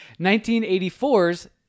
1984's